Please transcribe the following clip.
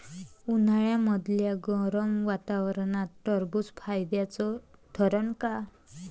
उन्हाळ्यामदल्या गरम वातावरनात टरबुज फायद्याचं ठरन का?